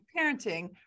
parenting